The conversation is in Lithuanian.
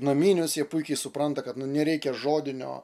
naminius jie puikiai supranta kad nu nereikia žodinio